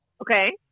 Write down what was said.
Okay